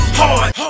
hard